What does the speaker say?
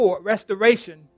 restoration